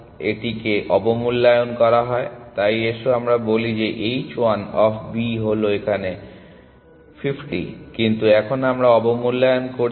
এটিকে অবমূল্যায়ন করা হয় তাই এসো আমরা বলি যে h 1 অফ B হলো আসলে 50 কিন্তু এখন আমরা অবমূল্যায়ন করছি